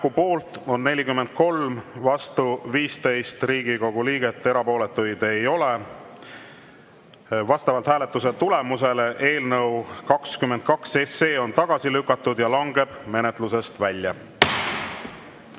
poolt on 43, vastu 15 Riigikogu liiget, erapooletuid ei ole. Vastavalt hääletuse tulemusele on eelnõu 22 tagasi lükatud ja langeb menetlusest välja.